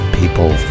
people